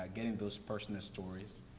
ah getting those personal stories,